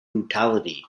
brutality